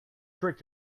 trick